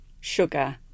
sugar